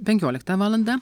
penkioliktą valandą